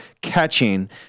catching